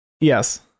Yes